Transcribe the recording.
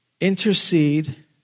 Intercede